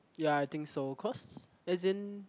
ya I think so cause as in